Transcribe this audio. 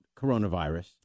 coronavirus